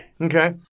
okay